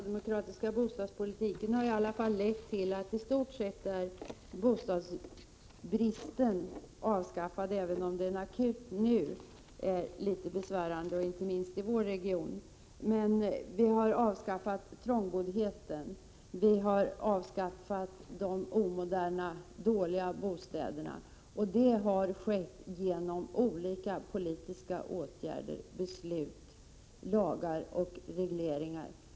Herr talman! Jag vill bara säga att den socialdemokratiska bostadspolitiken varje fall har lett till att bostadsbristen i stort sett är avskaffad, även om det finns en viss akut brist som nu är litet besvärande, inte minst i vår region. Men vi har avskaffat trångboddheten, och vi har avskaffat de omoderna och dåliga bostäderna, och det har skett genom olika politiska åtgärder och beslut, lagar och regleringar.